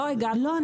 לא.